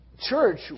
church